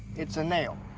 it's a nail.